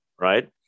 Right